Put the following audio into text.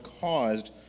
caused